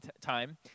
time